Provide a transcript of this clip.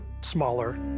smaller